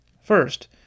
First